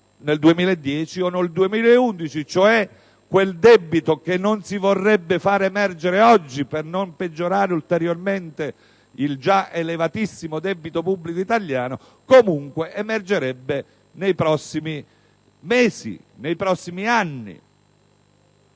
prossimo o nel 2011. Quel debito che non si vorrebbe far emergere oggi per non peggiorare ulteriormente il già elevatissimo debito pubblico italiano comunque emergerebbe nei prossimi mesi e anni.